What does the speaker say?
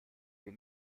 wir